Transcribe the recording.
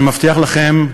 אני מבטיח לכם,